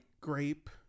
grape